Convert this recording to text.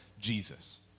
Jesus